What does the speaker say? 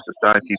Society